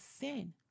sin